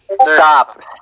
Stop